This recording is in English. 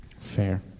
Fair